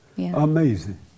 Amazing